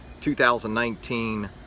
2019